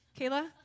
Kayla